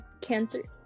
cancer